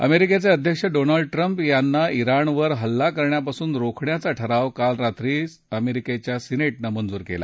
अमेरिकेचे अध्यक्ष Donald Trump यांना ्ञाणवर हल्ला करण्यापासून रोखण्याचा ठराव काल रात्री अमेरिकी सिनेटनं मंजूर केला